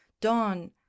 dawn